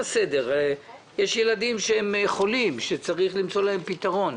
יש ילדים שהם חולים, שצריך למצוא להם פתרון.